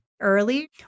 early